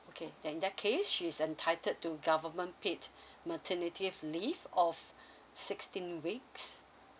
okay then in that case she's entitled to government paid maternity leave of sixteen weeks